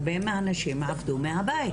הרבה מהנשים עבדו מהבית.